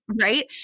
right